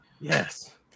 Yes